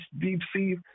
deep-sea